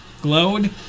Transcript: glowed